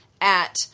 at-